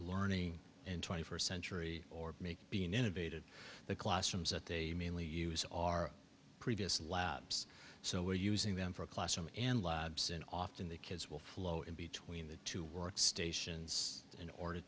learning in twenty first century or make being innovative the classrooms that they mainly use are previous labs so we're using them for a classroom and labs and often the kids will flow in between the two workstations in order